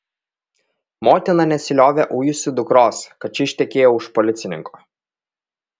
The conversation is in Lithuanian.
motina nesiliovė ujusi dukros kad ši ištekėjo už policininko